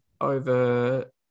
over